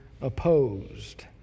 opposed